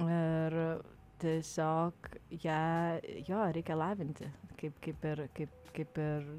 ir tiesiog ją jo reikia lavinti kaip kaip ir kaip kaip ir